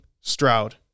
Stroud